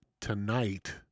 tonight